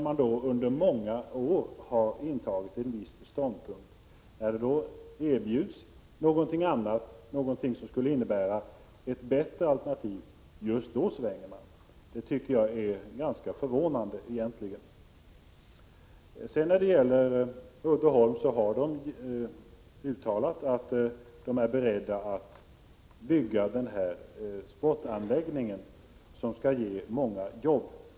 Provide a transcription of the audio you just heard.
Man har under många år intagit en viss ståndpunkt, men när det erbjuds någonting som skulle kunna innebära ett bättre alternativ då svänger man, Det tycker jag är ganska förvånande. Uddeholm har uttalat att man är beredd att bygga den omtalade sportanläggningen, som skall ge många jobb.